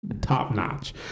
top-notch